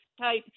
Type